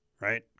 right